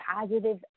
positive